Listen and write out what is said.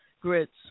grits